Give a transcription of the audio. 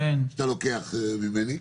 יש דברים שאתה לוקח ממני.